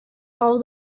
all